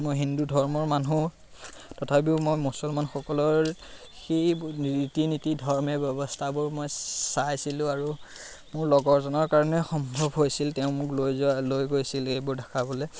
মই হিন্দু ধৰ্মৰ মানুহ তথাপিও মই মুছলমানসকলৰ সেই ৰীতি নীতি ধৰ্মীয় ব্যৱস্থাবোৰ মই চাইছিলোঁ আৰু মোৰ লগৰজনৰ কাৰণে সম্ভৱ হৈছিল তেওঁ মোক লৈ যোৱা লৈ গৈছিল এইবোৰ দেখাবলৈ